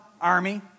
Army